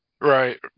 Right